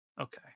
Okay